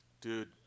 dude